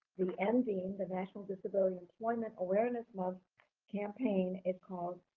the and ndeam, the national disability employment awareness month campaign is called